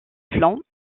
flancs